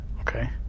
Okay